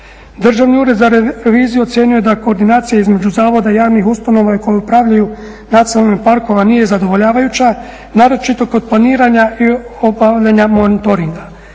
Državni ured za reviziju ocijenio je da koordinacija između Zavoda javnih ustanova koje upravljaju nacionalnim parkovima nije zadovoljavajuća, naročito kod planiranja i obavljanja monitoringa.